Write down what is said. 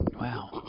Wow